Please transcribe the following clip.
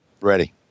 Ready